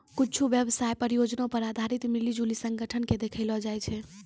कुच्छु व्यवसाय परियोजना पर आधारित मिली जुली संगठन के देखैलो जाय छै